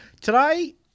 Today